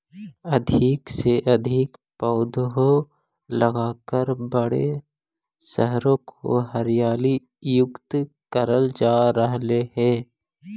अधिक से अधिक पौधे लगाकर बड़े शहरों को हरियाली युक्त करल जा रहलइ हे